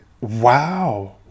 Wow